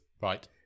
Right